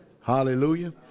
Hallelujah